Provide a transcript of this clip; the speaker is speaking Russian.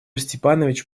степанович